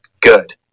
good